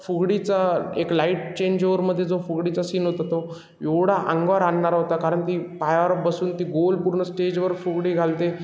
फुगडीचा एक light change ओवरमध्ये जो फुगडीचा सीन होतो तो एवढा अंगावर आणणारा होता कारण की पायावर बसून ती गोल पूर्ण स्टेजवर फुगडी घालते